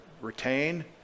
retain